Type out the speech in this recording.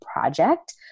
project